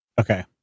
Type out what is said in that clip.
Okay